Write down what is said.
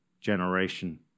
generation